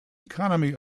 economy